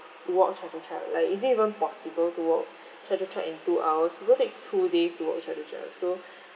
to walk chatuchak like is it even possible to walk chatuchak in two hours people take two days to walk chatuchak so